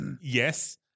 yes